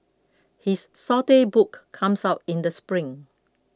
his saute book comes out in the spring